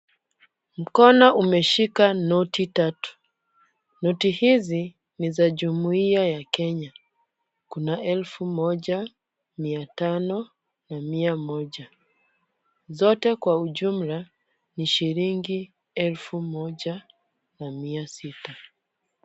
Mkono umeshika noti tatu. Noti hizi ni za jumuiya ya Kenya. Kuna 1000, 500 na 100. Zote kwa ujumla ni shilingi 1600.